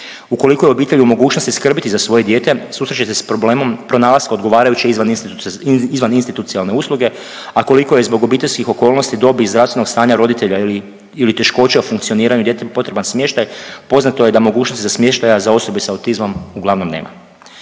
Ukoliko je obitelj u mogućnosti skrbiti za svoje dijete, susrest će se s problemom pronalaska odgovarajuće izvaninstitucionalne usluge, a ukoliko je zbog obiteljskih okolnosti, dobi i zdravstvenog stanja roditelja ili teškoća u funkcioniranju djece, potreban smještaj, poznato je da mogućnosti za smještaj za osobe s autizmom, uglavnom nema.